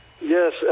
Yes